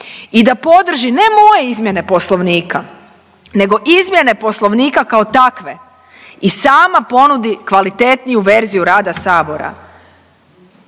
i da podrži ne moje izmjene poslovnika nego izmjene poslovnika kao takve i sama ponudi kvalitetniju verziju rada sabora.